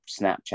Snapchat